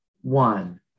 one